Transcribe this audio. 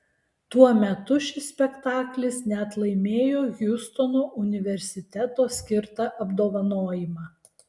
tuo metu šis spektaklis net laimėjo hjustono universiteto skirtą apdovanojimą